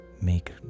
make